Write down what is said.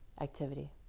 activity